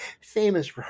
famous